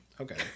Okay